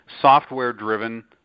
software-driven